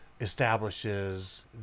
establishes